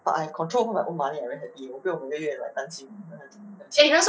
but I have control over my own money I very happy you know 我不用每个月 like 担心自己的钱